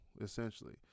essentially